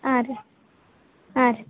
ಹಾಂ ರೀ ಹಾಂ ರೀ